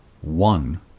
one